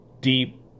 deep